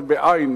זה בעי"ן,